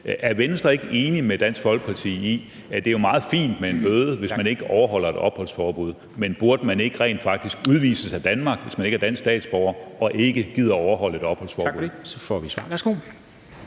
Er Venstre ikke enig med Dansk Folkeparti i, at det jo er meget fint med en bøde, hvis man ikke overholder et opholdsforbud, men burde man ikke rent faktisk udvises af Danmark, hvis man ikke er dansk statsborger og ikke gider overholde et opholdsforbud? Kl. 10:17 Formanden